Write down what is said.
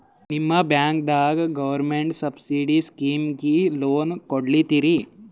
ನಿಮ ಬ್ಯಾಂಕದಾಗ government subsidy ಸ್ಕೀಮಿಗಿ ಲೊನ ಕೊಡ್ಲತ್ತೀರಿ?